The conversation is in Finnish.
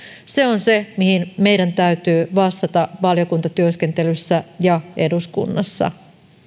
se on se mihin meidän täytyy vastata valiokuntatyöskentelyssä ja eduskunnassa